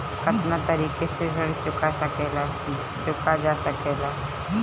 कातना तरीके से ऋण चुका जा सेकला?